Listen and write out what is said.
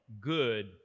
good